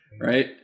right